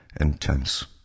intense